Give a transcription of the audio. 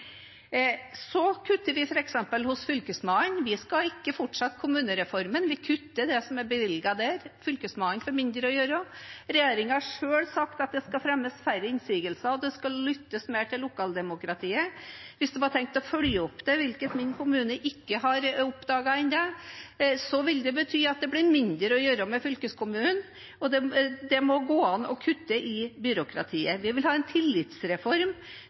Så kutter vi f.eks. hos Fylkesmannen– vi skal ikke fortsette kommunereformen, vi kutter det som er bevilget der. Fylkesmannen får mindre å gjøre, regjeringen har selv sagt at det skal fremmes færre innsigelser, og at det skal lyttes mer til lokaldemokratiet. Hvis de har tenkt å følge opp det, hvilket min kommune ikke har oppdaget ennå, vil det bety at det blir mindre å gjøre med fylkeskommunen. Og det må gå an å kutte i byråkratiet. Vi vil ha en tillitsreform,